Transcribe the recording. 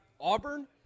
Auburn